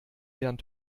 werden